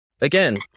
again